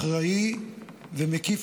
אחראי ומקיף,